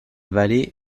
vallée